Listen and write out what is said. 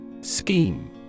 Scheme